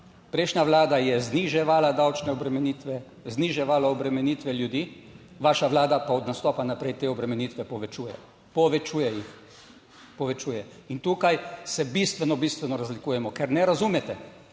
Prejšnja vlada je zniževala davčne obremenitve, zniževala obremenitve ljudi, vaša vlada pa od nastopa naprej te obremenitve povečuje, povečuje jih, povečuje in tukaj se bistveno, bistveno razlikujemo, ker ne razumete.